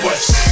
West